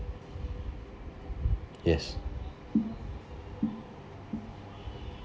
yes